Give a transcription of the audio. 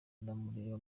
ndamureba